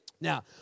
Now